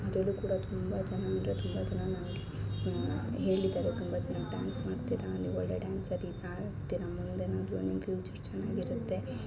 ಅದರಲ್ಲೂ ಕೂಡ ತುಂಬ ಜನ ಅಂದರೆ ತುಂಬ ಜನ ನನಗೆ ಹೇಳಿದ್ದಾರೆ ತುಂಬ ಜನ ಡ್ಯಾನ್ಸ್ ಮಾಡ್ತೀರ ನೀವು ಒಳ್ಳೆಯ ಡ್ಯಾನ್ಸರ್ ಆಗ್ತೀರಾ ಮುಂದೆನಾದರು ನಿಮ್ಮ ಫ್ಯೂಚರ್ ಚೆನ್ನಾಗಿರುತ್ತೆ